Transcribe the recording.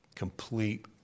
complete